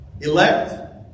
Elect